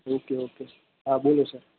okay okay હા બોલો sir